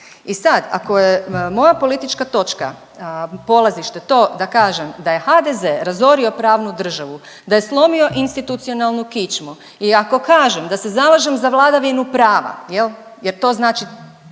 I sad, ako je moja politička točka, polazište to da kažem da je HDZ razorio pravnu državu, da je slomio institucionalnu kičmu i ako kažem da se zalažem za vladavinu prava, jer to znači